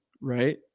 right